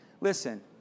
listen